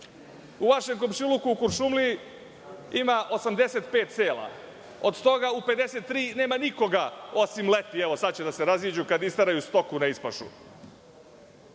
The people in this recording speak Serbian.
U vašem komšiluku u Kuršumliji ima 85 sela, od toga u 53 neka nikoga osim leti, sada će da se raziđu kada isteraju stoku na ispašu.